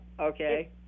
Okay